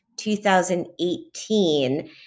2018